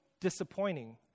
disappointing